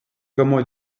comment